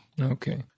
Okay